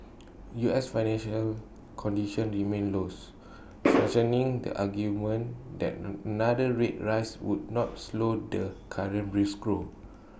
U S financial conditions remain loose strengthening the argument that another rate rise would not slow the current brisk growth